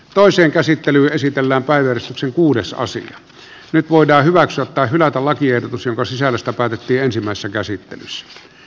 toisen käsittely esitellään päivystyksen kuudessa osin nyt voidaan hyväksyä tai hylätä lakiehdotus jonka sisällöstä päätettiin ensimmäisessä käsittelyssä